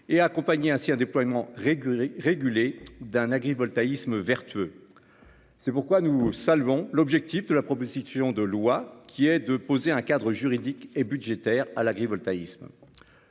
on accompagnera le déploiement régulé d'un agrivoltaïsme vertueux. C'est pourquoi nous saluons l'objectif des auteurs de cette proposition de loi : fixer un cadre juridique et budgétaire à l'agrivoltaïsme.